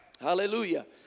Hallelujah